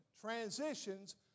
Transitions